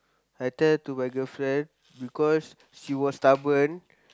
I tell to my girlfriend because she was stubborn